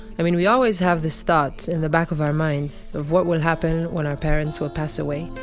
i mean we always have this thought, in the back of our minds, of what will happen when our parents will pass away.